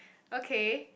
okay